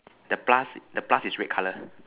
the plus the plus is red colour